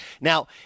Now